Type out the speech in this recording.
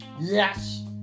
Yes